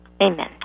Amen